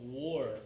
war